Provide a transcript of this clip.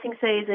season